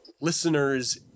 listeners